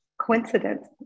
coincidence